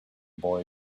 boy